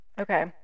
okay